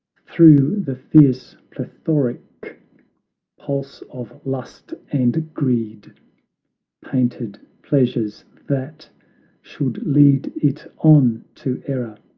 through the fierce, plethoric pulse of lust and greed painted pleasures that should lead it on to error,